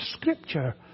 Scripture